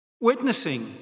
Witnessing